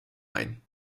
ein